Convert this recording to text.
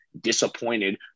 disappointed